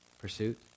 Pursuit